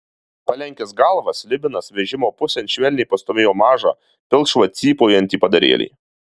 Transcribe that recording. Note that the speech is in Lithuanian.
palenkęs galvą slibinas vežimo pusėn švelniai pastūmėjo mažą pilkšvą cypaujantį padarėlį